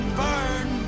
burn